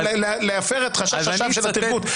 ולהפר את חשש השווא של הטרגוט.